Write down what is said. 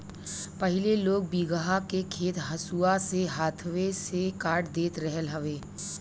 पहिले लोग बीघहा के खेत हंसुआ से हाथवे से काट देत रहल हवे